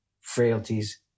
frailties